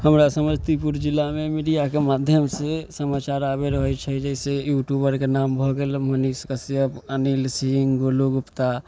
हमरा समस्तीपुर जिलामे मीडिआके माध्यमसे समाचार आबै रहै छै जइसे यूट्यूबरके नाम भऽ गेल मनीष कश्यप अनिल सिंह गोलू गुप्ता